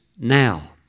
now